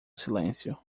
silêncio